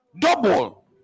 double